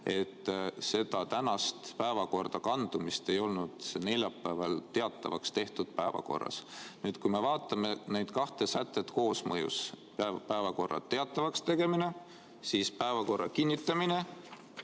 et tänasesse päevakorda kandumist ei olnud neljapäeval teatavaks tehtud päevakorras. Kui me vaatame neid kahte sätet koos – päevakorra teatavaks tegemine, päevakorra kinnitamine